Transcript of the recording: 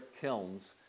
kilns